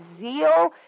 zeal